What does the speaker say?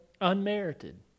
unmerited